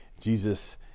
Jesus